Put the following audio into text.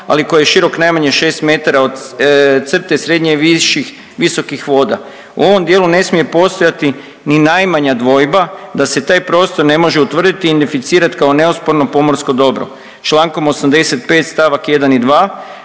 ali koji je širok najmanje 6 metara od crte srednje, viših, visokih voda. U ovom dijelu ne smije postojati ni najmanja dvojba da se taj prostor ne može utvrditi, identificirat kao neosporno pomorsko dobro. Člankom 85. stavak 1. i 2.